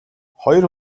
хоёр